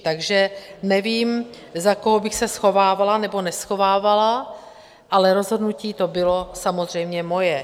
Takže nevím, za koho bych se schovávala nebo neschovávala, ale rozhodnutí to bylo samozřejmě moje.